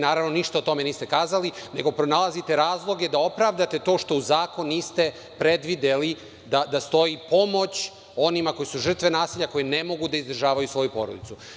Naravno, ništa o tome niste kazali, nego pronalazite razloge da opravdate to što u zakonu niste predvideli da stoji pomoć onima koji su žrtve nasilja, a koji ne mogu da izdržavaju svoju porodicu.